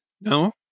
No